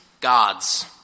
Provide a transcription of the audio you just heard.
gods